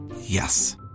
Yes